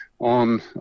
on